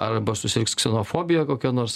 arba susirgs ksenofobija kokio nors